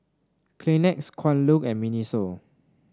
Kleenex Kwan Loong and Miniso